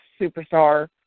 superstar